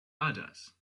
others